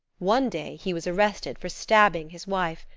one day he was arrested for stabbing his wife.